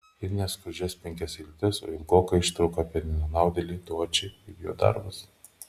ir ne skurdžias penkias eilutes o ilgoką ištrauką apie nenaudėlį dočį ir jo darbus